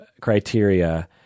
criteria